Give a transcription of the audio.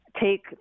take